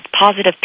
positive